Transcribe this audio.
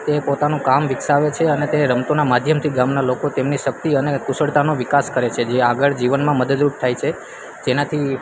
તે પોતાનું કામ વિકસાવે છે અને તે રમતોના માધ્યમથી ગામના લોકો તેમની શક્તિ અને કુશળતાનો વિકાસ કરે છે જે આગળ જીવનમાં મદદરૂપ થાય છે જેનાથી